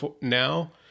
now